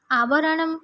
आवरणं